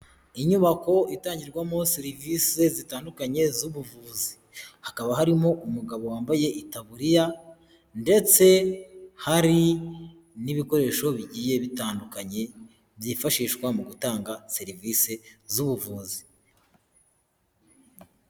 Inyubako itangirwamo serivisi zitandukanye z'ubuvuzi hakaba harimo umugabo wambaye itaburiya, ndetse hari n'ibikoresho bigiye bitandukanye byifashishwa mu gutanga serivisi z'ubuvuzi.